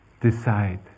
decide